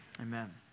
amen